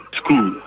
school